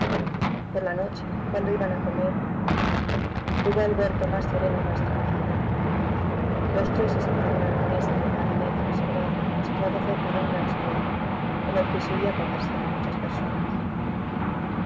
por la noche cuando iban a comer llevó alberto más sereno y más tranquilo los tres se sentaron a la mesa en un gabinete reservado situado cerca de un gran salón en el que se oía conversar a muchas personas